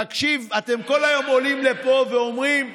תקשיב: אתם כל היום עולים לפה ואומרים,